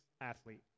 athlete